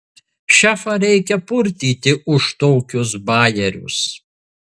šefą reikia purtyti už tokius bajerius